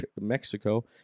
Mexico